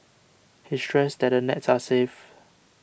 he stressed that the nets are safe